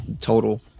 total